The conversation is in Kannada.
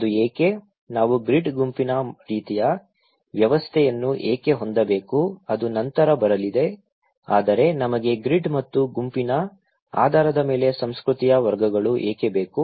ಅದು ಏಕೆ ನಾವು ಗ್ರಿಡ್ ಗುಂಪಿನ ರೀತಿಯ ವ್ಯವಸ್ಥೆಯನ್ನು ಏಕೆ ಹೊಂದಬೇಕು ಅದು ನಂತರ ಬರಲಿದೆ ಆದರೆ ನಮಗೆ ಗ್ರಿಡ್ ಮತ್ತು ಗುಂಪಿನ ಆಧಾರದ ಮೇಲೆ ಸಂಸ್ಕೃತಿಯ ವರ್ಗಗಳು ಏಕೆ ಬೇಕು